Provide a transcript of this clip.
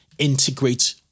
integrate